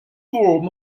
form